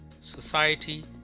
society